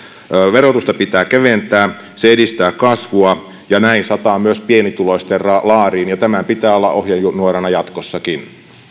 verotusta pitää keventää se edistää kasvua ja näin sataa myös pienituloisten laariin tämän pitää olla ohjenuorana jatkossakin